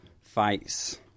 fights